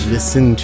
Listen